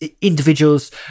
individuals